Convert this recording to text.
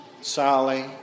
Sally